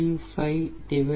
88 13